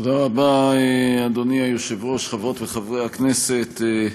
תודה רבה, אדוני היושב-ראש, חברות וחברי הכנסת,